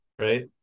Right